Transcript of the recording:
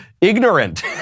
ignorant